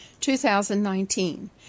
2019